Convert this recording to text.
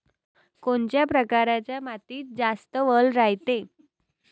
कोनच्या परकारच्या मातीत जास्त वल रायते?